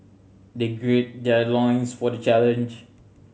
they gird their loins for the challenge